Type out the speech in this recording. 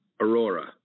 Aurora